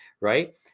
right